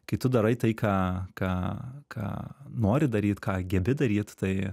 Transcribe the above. kai tu darai tai ką ką ką nori daryt ką gebi daryt tai